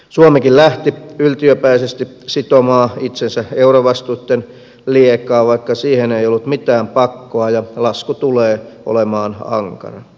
suomikin lähti yltiöpäisesti sitomaan itsensä eurovastuitten liekaan vaikka siihen ei ollut mitään pakkoa ja lasku tulee olemaan ankara